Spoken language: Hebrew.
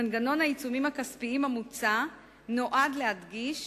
מנגנון העיצומים הכספיים המוצע נועד להדגיש